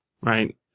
right